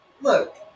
look